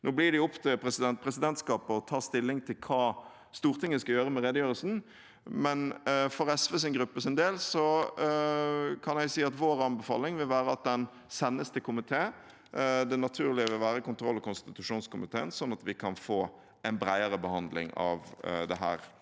Nå blir det opp til presidentskapet å ta stilling til hva Stortinget skal gjøre med redegjørelsen, men for SVs gruppes del kan jeg si at vår anbefaling vil være at den sendes til komité. Det naturlige vil være kontroll- og konstitusjonskomiteen, sånn at vi kan få en bredere behandling av dette